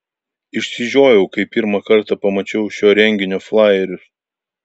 išsižiojau kai pirmą kartą pamačiau šio renginio flajerius